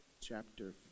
chapter